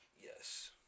Yes